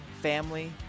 family